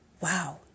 Wow